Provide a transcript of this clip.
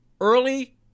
early